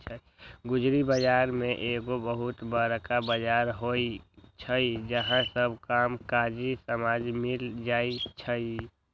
गुदरी बजार में एगो बहुत बरका बजार होइ छइ जहा सब काम काजी समान मिल जाइ छइ